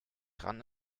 dran